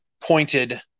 pointed